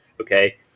okay